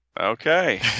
Okay